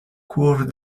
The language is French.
cours